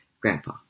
Grandpa